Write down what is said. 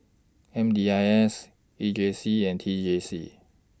M D I S E J C and T J C